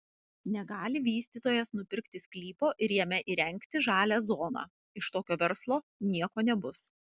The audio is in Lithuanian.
negali vystytojas nupirkti sklypo ir jame įrengti žalią zoną iš tokio verslo nieko nebus